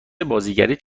بازیگریت